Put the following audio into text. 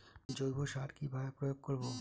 জৈব সার কি ভাবে প্রয়োগ করব?